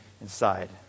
inside